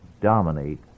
dominate